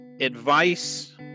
advice